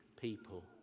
people